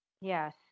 Yes